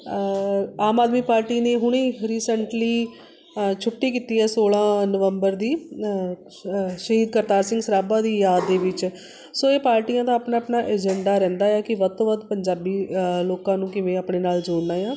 ਆਮ Aadmi Party ਨੇ ਹੁਣੇ recently ਛੁੱਟੀ ਕੀਤੀ ਹੈ ਸੌਲ੍ਹਾਂ ਨਵੰਬਰ ਦੀ ਸ਼ਹੀਦ ਕਰਤਾਰ ਸਿੰਘ ਸਰਾਭਾ ਦੀ ਯਾਦ ਦੇ ਵਿੱਚ ਸੋ ਇਹ ਪਾਰਟੀਆਂ ਦਾ ਆਪਣਾ ਆਪਣਾ ਏਜੰਡਾ ਰਹਿੰਦਾ ਆ ਕਿ ਵੱਧ ਤੋਂ ਵੱਧ ਪੰਜਾਬੀ ਲੋਕਾਂ ਨੂੰ ਕਿਵੇਂ ਆਪਣੇ ਨਾਲ ਜੋੜਨਾ ਆ